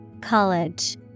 College